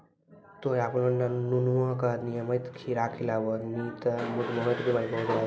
तोहॅ आपनो नुनुआ का नियमित खीरा खिलैभो नी त मधुमेह के बिमारी म बहुत राहत मिलथौं